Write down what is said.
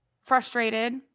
frustrated